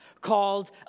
called